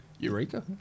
Eureka